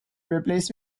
replace